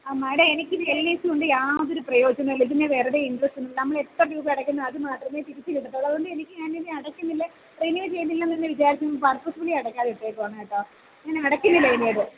അ madam എനിക്കീ L I C കൊണ്ട് യാതൊരു പ്രയോജനവും ഇല്ല ഇത് ഞാന് വെറുതേ ഇൻവെസ്റ്റ് നമ്മളെത്ര രൂപ അടയ്ക്കുന്നു അത് മാത്രമേ തിരിച്ചു കിട്ടത്തുള്ളൂ അതുകൊണ്ട് എനിക്ക് ഞാനിനി അടയ്ക്കുന്നില്ല റിന്യൂ ചെയ്യുന്നില്ലെന്നുതന്നെ വിചാരിച്ച് പർപസ്ഫുളി അടയ്ക്കാതിട്ടേക്കുവാ കേട്ടോ ഞാനടയ്ക്കുന്നില്ല ഇനി അത്